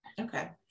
Okay